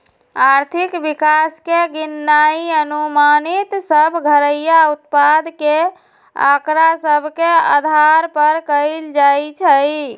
आर्थिक विकास के गिननाइ अनुमानित सभ घरइया उत्पाद के आकड़ा सभ के अधार पर कएल जाइ छइ